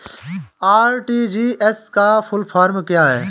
RTGS का full form क्या है?